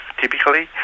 typically